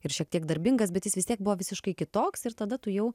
ir šiek tiek darbingas bet jis vis tiek buvo visiškai kitoks ir tada tu jau